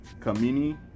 kamini